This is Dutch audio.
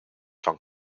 van